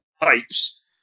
pipes